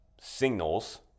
signals